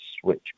switch